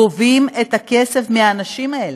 גובים את הכסף מהאנשים האלה,